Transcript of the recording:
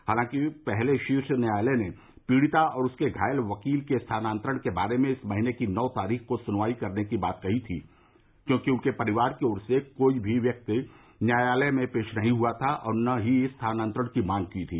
हालांकि पहले शीर्ष न्यायालय ने पीड़िता और उसके घायल वकील के स्थानांतरण के बारे में इस महीने की नौ तारीख को सुनवाई करने की बात कही थी क्योंकि उनके परिवार की ओर से कोई भी व्यक्ति न्यायालय में पेश नहीं हुआ था और न ही स्थानांतरण की मांग की थी